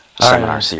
Seminar